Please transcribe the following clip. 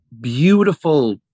beautiful